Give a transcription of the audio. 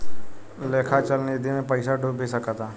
लेखा चल निधी मे पइसा डूब भी सकता